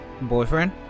Boyfriend